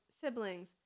siblings